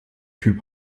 typ